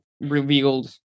revealed